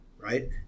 right